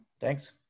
Thanks